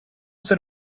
said